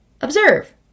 Observe